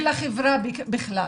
ולחברה בכלל?